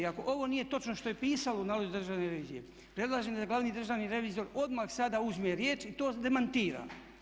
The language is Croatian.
Ako ovo nije točno što je pisalo u nalazu Državne revizije predlažem da glavni državni revizor odmah sada uzme riječ i to demantira.